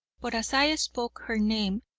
but as i spoke her name,